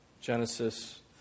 Genesis